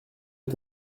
est